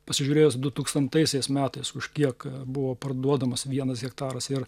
pasižiūrėjęs dutūkstantaisiais metais už kiek buvo parduodamas vienas hektaras ir